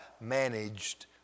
managed